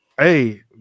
Hey